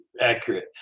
accurate